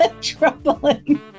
Troubling